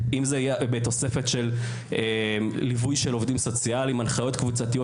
באמצעות בתוספת ליווי של עובדים סוציאליים או בהנחיות קבוצתיות.